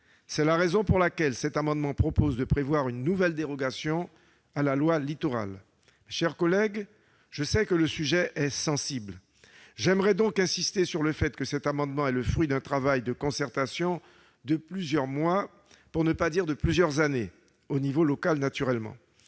Le présent amendement a donc pour objet de prévoir une nouvelle dérogation à la loi Littoral. Chers collègues, je sais que le sujet est sensible. J'aimerais donc insister sur le fait que cet amendement est le fruit d'un travail de concertation de plusieurs mois, pour ne pas dire de plusieurs années, au niveau local. Nous sommes